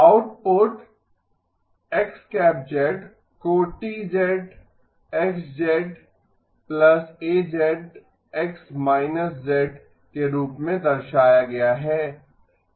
output X को T X A X −z के रूप में दर्शाया गया है